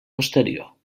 posterior